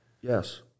Yes